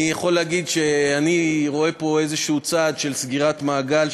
אני יכול להגיד שאני רואה פה איזה צעד של סגירת מעגל,